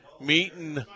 meeting